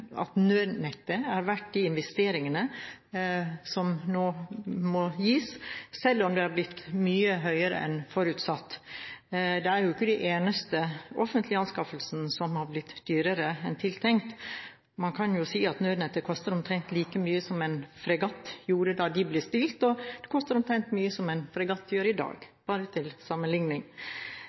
at nødnettet er verdt investeringene, selv om det har blitt mye dyrere enn forutsatt. Det er jo ikke den eneste offentlige anskaffelsen som har blitt dyrere enn tenkt. Man kan jo si at nødnettet kostet omtrent like mye som en fregatt da det ble bestilt, og det koster omtrent like mye som en fregatt i dag – bare til sammenligning.